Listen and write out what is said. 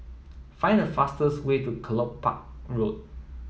find the fastest way to Kelopak Road